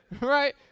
Right